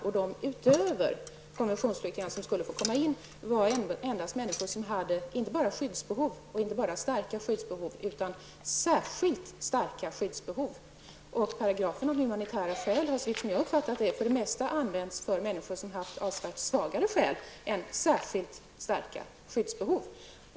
De asylsökande utöver konventionsflyktingarna som skulle få komma in i landet var endast människor med inte bara starka skyddsbehov utan särskilt starka skyddsbehov. Paragrafen om humanitära skäl har som jag har uppfattat det för det mesta använts för människor som haft avsevärt svagare skäl än ''särskilt starka skyddsbehov''.